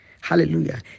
Hallelujah